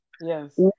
yes